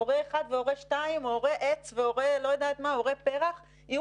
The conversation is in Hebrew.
הורה 1 והורה 2 או הורה עץ והורה פרח יהיו